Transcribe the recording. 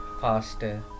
faster